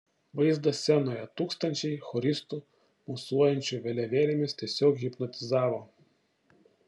vaizdas scenoje tūkstančiai choristų mosuojančių vėliavėlėmis tiesiog hipnotizavo